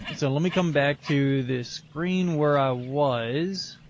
and so let me come back to this screen where i was.